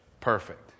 perfect